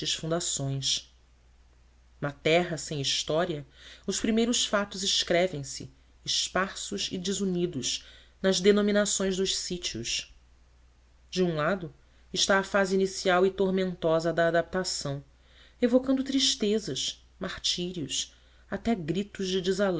fundações na terra sem história os primeiros fatos escrevem se esparsos e desunidos nas denominações dos sítios de um lado está a fase inicial e tormentosa da adaptação evocando tristezas martírios até gritos de